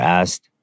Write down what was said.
asked